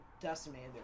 decimated